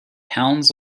pounds